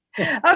Okay